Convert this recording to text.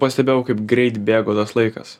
pastebėjau kaip greit bėgo tas laikas